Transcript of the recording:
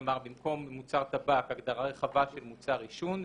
כלומר, במקום מוצר טבק, הגדרה רחבה של מוצר עישון.